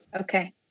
Okay